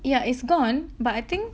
yeah it's gone but I think